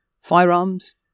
firearms